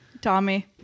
Tommy